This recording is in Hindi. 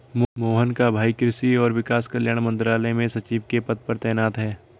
मोहन का भाई कृषि और किसान कल्याण मंत्रालय में सचिव के पद पर तैनात है